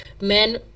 men